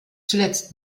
zuletzt